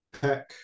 pack